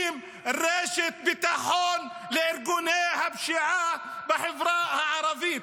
רשת ביטחון לארגוני הפשיעה בחברה הערבית.